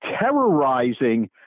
terrorizing